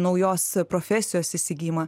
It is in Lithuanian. naujos profesijos įsigijimą